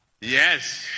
yes